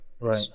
Right